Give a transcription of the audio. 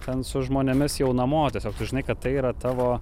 ten su žmonėmis jau namo tiesiog tu žinai kad tai yra tavo